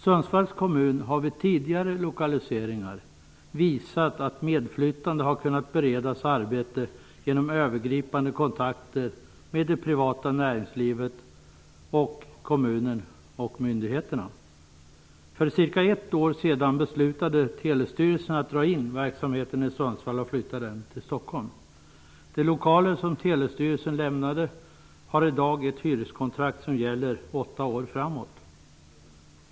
Sundsvalls kommun har vid tidigare lokaliseringar visat att medflyttande har kunnat beredas arbete genom övergripande kontakter med det privata näringslivet, kommunen och myndigheterna. För cirka ett år sedan beslutade Telestyrelsen att dra in verksamheten i Sundsvall och flytta den till Stockholm. För de lokaler som Telestyrelsen lämnade finns i dag ett hyreskontrakt som gäller åtta år framåt.